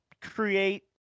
create